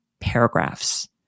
paragraphs